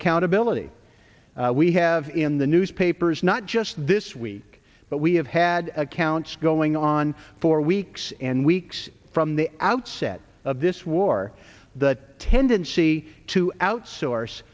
accountability we have in the newspapers not just this week but we have had accounts going on for weeks and weeks from the outset of this war the tendency to outsource